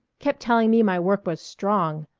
kept telling me my work was strong,